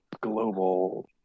global